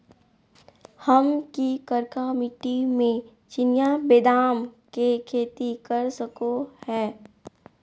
हम की करका मिट्टी में चिनिया बेदाम के खेती कर सको है?